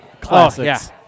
Classics